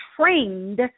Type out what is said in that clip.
trained